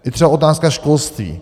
I třeba otázka školství.